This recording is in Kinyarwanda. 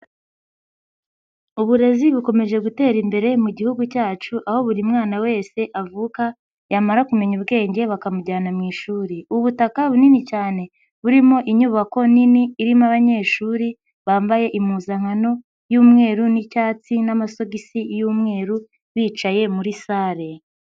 Uburezi bukomeje gutera imbere Gihugu cyacu aho buri mwana wese avuka yamara kumenya ubwenge bakamujyana mu ishuri. Ubutaka bunini cyane burimo inyubako nini irimo abanyeshuri bambaye impuzankano y'umweru n'icyatsi n'amasogisi y'umweru bicaye muri sale.